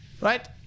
Right